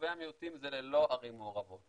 יישובי המיעוטים זה ללא ערים מעורבות.